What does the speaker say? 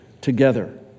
together